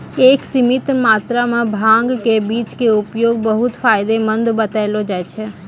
एक सीमित मात्रा मॅ भांग के बीज के उपयोग बहु्त फायदेमंद बतैलो जाय छै